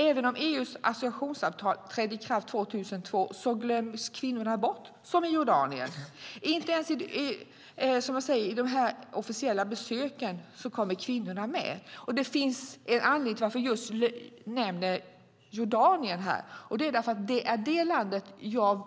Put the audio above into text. Även om EU:s associationsavtal trädde i kraft 2002 glöms kvinnorna bort, som i Jordanien. Inte ens vid de officiella besöken kommer kvinnorna med. Det finns en anledning till att jag nämner just Jordanien. Det är att jag i det landet